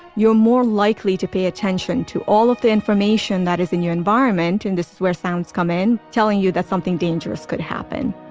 you're more likely to pay attention to all of the information that is in your environment, and this is where sounds come in, telling you that something dangerous could happen.